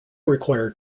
require